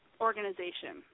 organization